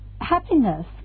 Happiness